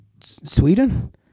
Sweden